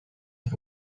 and